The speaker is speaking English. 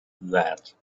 that